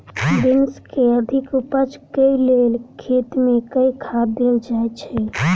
Beans केँ अधिक उपज केँ लेल खेत मे केँ खाद देल जाए छैय?